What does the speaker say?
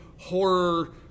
horror